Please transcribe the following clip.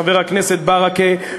חבר הכנסת ברכה,